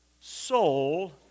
soul